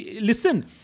Listen